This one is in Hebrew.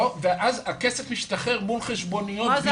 הכסף משתחרר מול חשבוניות ביצוע.